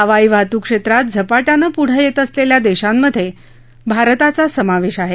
हवाई वाहतूक क्षेत्रात झपाट्यानं पुढं येत असलेल्या देशांमध्ये भारताचा समावेश आहे